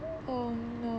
oh no